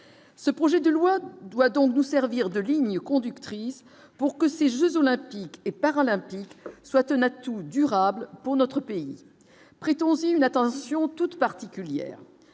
ce projet de loi doit donc nous servir de ligne conductrice pour que ces Jeux olympiques et paralympiques soit un atout durable pour notre pays, prétend aussi une attention toute particulière,